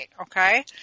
okay